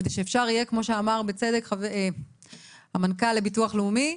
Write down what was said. כדי שאפשר יהיה כמו שאמר בצדק המנכ"ל לביטוח לאומי,